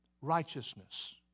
righteousness